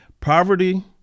poverty